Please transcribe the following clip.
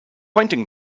pointing